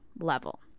level